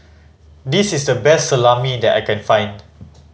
this is the best Salami that I can find